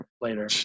Later